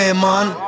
man